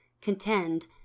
contend